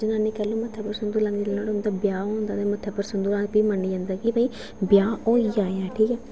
जनानी कैल्ली मत्थे उप्पर संदूर लांदी ऐ जिल्लै ओह्दा ब्याह् होंदा ऐ ते मत्थै उप्पर संदूर लांदी ऐ फ्ही मन्नेआ जंदा ऐ कि भई ब्याह् होई गेआ ऐ ठीक ऐ